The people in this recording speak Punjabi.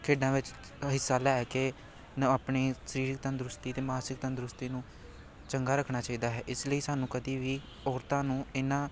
ਖੇਡਾਂ ਵਿੱਚ ਹਿੱਸਾ ਲੈ ਕੇ ਆਪਣੀ ਸਰੀਰਿਕ ਤੰਦਰੁਸਤੀ ਅਤੇ ਮਾਨਸਿਕ ਤੰਦਰੁਸਤੀ ਨੂੰ ਚੰਗਾ ਰੱਖਣਾ ਚਾਹੀਦਾ ਹੈ ਇਸ ਲਈ ਸਾਨੂੰ ਕਦੀ ਵੀ ਔਰਤਾਂ ਨੂੰ ਇਹਨਾਂ